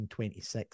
1926